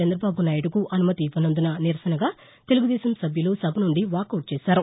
చంద్రబాబు నాయుడుకు అనుమతి ఇవ్వనందున నిరసనగా తెలుగుదేశం సభ్యులు సభ నుండి వాకౌట్ చేశారు